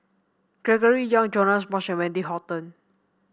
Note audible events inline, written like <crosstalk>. Gregory Yong Joash Moo <unintelligible> Wendy Hutton